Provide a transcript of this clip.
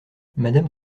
madame